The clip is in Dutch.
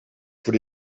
voor